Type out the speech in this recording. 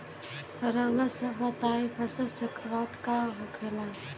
रउआ सभ बताई फसल चक्रवात का होखेला?